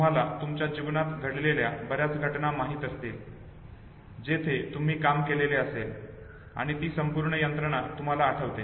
तुम्हाला तुमच्या जीवनात घडलेल्या बर्याच घटना माहित असतील जेथे तुम्ही काम केलेले असेल आणि ती संपूर्ण यंत्रणा तुम्हाला आठवते